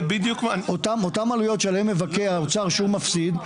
אותן עלויות שעליהן מבכה האוצר שהוא מפסיד,